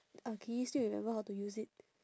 uh can you still remember how to use it